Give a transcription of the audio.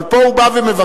אבל פה הוא בא ומבקש,